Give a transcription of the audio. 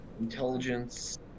Intelligence